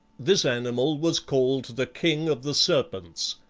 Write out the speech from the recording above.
this animal was called the king of the serpents.